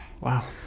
Wow